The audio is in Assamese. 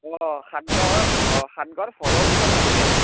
অঁ সাতগাঁৱৰ সাতগাঁৱৰ ফলৰ দোকান হয় হয় নেকি